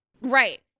Right